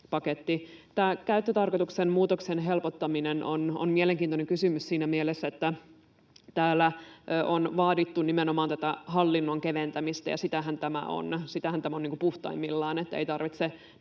Tämä käyttötarkoituksen muutoksen helpottaminen on mielenkiintoinen kysymys siinä mielessä, että täällä on vaadittu nimenomaan tätä hallinnon keventämistä, ja sitähän tämä on. Sitähän tämä on puhtaimmillaan, että ei tarvitse